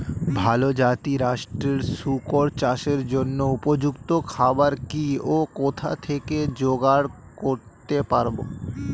ভালো জাতিরাষ্ট্রের শুকর চাষের জন্য উপযুক্ত খাবার কি ও কোথা থেকে জোগাড় করতে পারব?